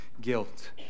guilt